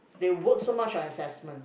they work so much on assessment